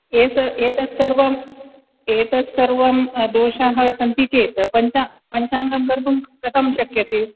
S एतत् सर्वं एतत् सर्वं दोषाः सन्ति चेत् पञ्च पञ्चाङ्गं कर्तुं कथं शक्यते